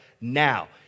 now